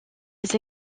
des